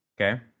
Okay